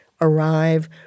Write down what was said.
arrive